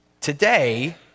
Today